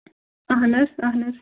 اَہن حظ اَہن حظ